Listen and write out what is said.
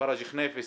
פרג' חניפס.